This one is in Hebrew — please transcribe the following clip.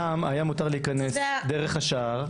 פעם היה מותר להיכנס דרך השער,